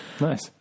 Nice